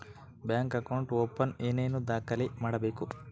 Bank account open ಏನೇನು ದಾಖಲೆ ಕೊಡಬೇಕು?